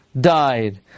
Died